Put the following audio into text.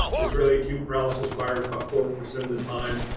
israeli acute paralysis virus about four percent of the time